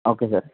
okay sir